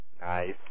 Nice